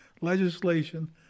legislation